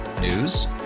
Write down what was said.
News